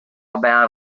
about